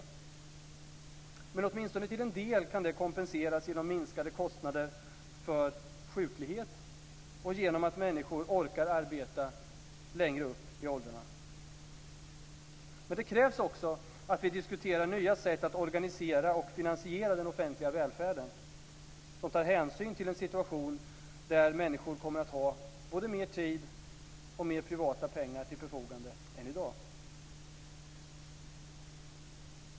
Det kan åtminstone till en del kompenseras genom minskade kostnader för sjuklighet och genom att människor orkar arbeta längre upp i åldrarna. Men det krävs också att vi diskuterar nya sätt att organisera och finansiera den offentliga välfärden som tar hänsyn till en situation där människor kommer att ha både mer tid och mer privata pengar till sitt förfogande än i dag.